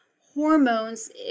hormones